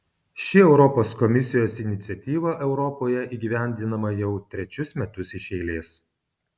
ši europos komisijos iniciatyva europoje įgyvendinama jau trečius metus iš eilės